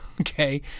Okay